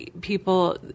people